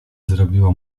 zrobiło